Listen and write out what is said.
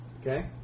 Okay